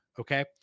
Okay